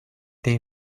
they